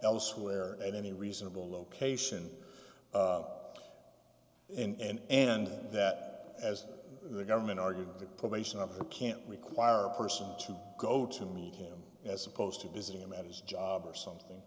elsewhere at any reasonable location and and that as the government argues the probation officer can't require a person to go to meet him as opposed to visit him at his job or something